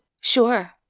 sure